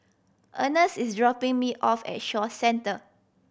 Earnest is dropping me off at Shaw Centre